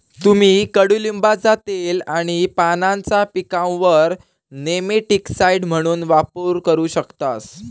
तुम्ही कडुलिंबाचा तेल आणि पानांचा पिकांवर नेमॅटिकसाइड म्हणून वापर करू शकतास